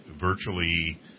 virtually